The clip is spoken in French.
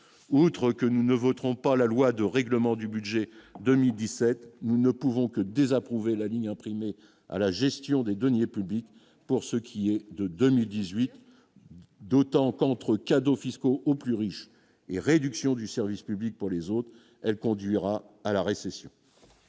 outre que nous ne voterons pas la loi de règlement du budget 2017. Nous ne pouvons que désapprouver la ligne imprimée à la gestion des deniers publics pour ce qui est de 2018, d'autant qu'entre cadeaux fiscaux aux plus riches et réduction du service public pour les autres, elle conduira à la récession.